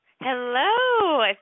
Hello